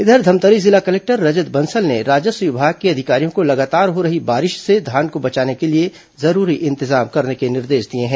इधर धमतरी जिला कलेक्टर रजत बंसल ने राजस्व विभाग के अधिकारियों को लगातार हो रही बारिश से धान को बचाने के लिए जरूरी इंतजाम करने के निर्देश दिए हैं